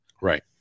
Right